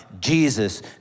Jesus